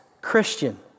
Christian